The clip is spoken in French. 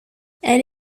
elle